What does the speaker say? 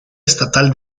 estatal